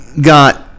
got